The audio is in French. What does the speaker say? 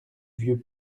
vieux